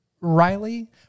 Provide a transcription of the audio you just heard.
Riley